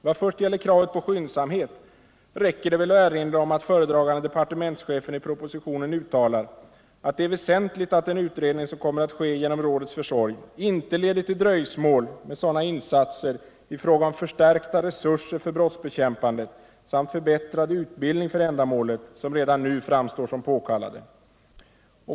Vad först gäller kravet på skyndsamhet räcker det väl att erinra om att föredragande departementschefen i propositionen uttalar att det är väsentligt att den utredning som kommer att ske genom rådets försorg inte leder till dröjsmål med sådana insatser i fråga om förstärkta resurser för brottsbekämpandet samt förbättrad utbildning för ändamålet som redan nu framstår som påkallade.